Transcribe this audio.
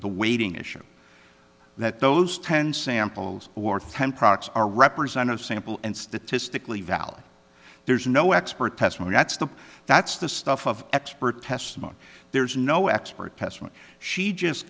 the weighting issue that those ten samples or thousand products are representative sample and statistically valid there's no expert testimony that's the that's the stuff of expert testimony there's no expert testimony she just